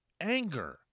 anger